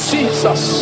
Jesus